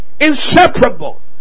Inseparable